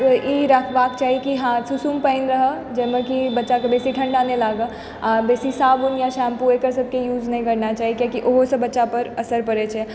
ई रखबाक चाही की हँ सुसुम पानि रहऽ जाहिमे कि बच्चाके बेसी ठण्डा नहि लागै आओर बेसी साबुन या शैम्पू एकर सबके यूज नहि करना चाही की ओहोसँ बच्चापर असरि पड़ै छै